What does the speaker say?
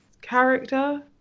character